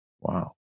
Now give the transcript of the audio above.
wow